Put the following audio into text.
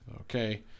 Okay